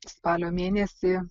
spalio mėnesį